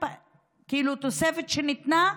תוספת שניתנה,